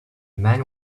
man